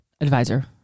advisor